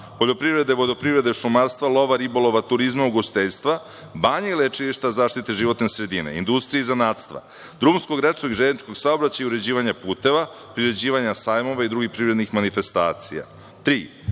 poljoprivrede, vodoprivrede, šumarstva, lova, ribolova, turizma, ugostiteljstva, banja i lečilišta, zaštite životne sredine, industrije i zanatstva, drumskog, rečnog i železničkog saobraćaja i uređivanja puteva, priređivanja sajmova i drugih privrednih manifestacija.